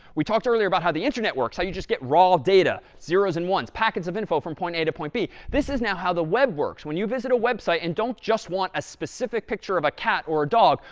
we talked earlier about how the internet works, how you just get raw data, zeros and ones, packets of info from point a to point b. this is now how the web works. when you visit a website and don't just want a specific picture of a cat or a dog,